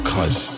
Cause